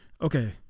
Okay